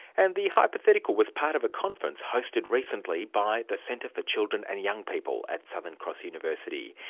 and the hypothetical was part of a conference hosted recently by the centre for children and young people at southern cross university.